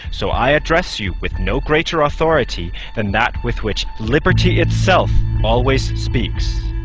so i address you with no greater authority than that with which liberty itself always speaks.